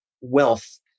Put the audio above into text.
wealth